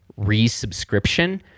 resubscription